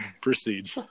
Proceed